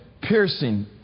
piercing